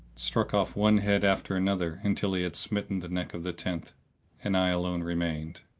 struck off one head after another until he had smitten the neck of the tenth and i alone remained.